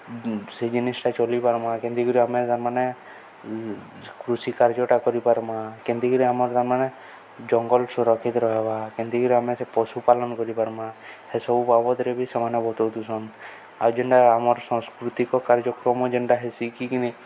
ସେ ଜିନିଷ୍ଟା ଚଲିପାର୍ମା କେନ୍ତିକରି ଆମେ ତାମାନେ କୃଷି କାର୍ଯ୍ୟଟା କରିପାର୍ମା କେନ୍ତିକରି ଆମର୍ ତାମାନେ ଜଙ୍ଗଲ୍ ସୁରକ୍ଷିତ ରହେବା କେନ୍ତିକରି ଆମେ ସେ ପଶୁପାଳନ୍ କରିପାର୍ମା ହେସବୁ ବାବଦ୍ରେ ବି ସେମାନେ ବତଉଥିସନ୍ ଆଉ ଯେନ୍ଟା ଆମର୍ ସାସ୍କୃତିକ କାର୍ଯ୍ୟକ୍ରମ ଯେନ୍ଟା ହେସି କିିନି